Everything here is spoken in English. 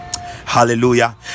hallelujah